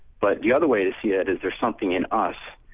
but the other way to see it is there something in us,